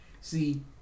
See